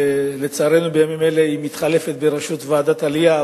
לצערנו בימים אלה היא מתחלפת בראשות ועדת העלייה,